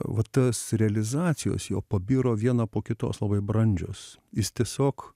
va tas realizacijos jo pabiro viena po kitos labai brandžios jis tiesiog